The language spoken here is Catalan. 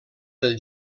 del